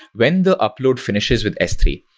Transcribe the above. when the upload finishes with s three,